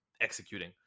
executing